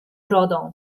brodą